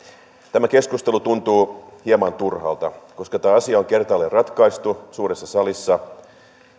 tämä keskustelu tuntuu hieman turhalta koska tämä asia on kertaalleen ratkaistu suuressa salissa